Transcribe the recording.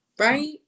Right